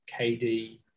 KD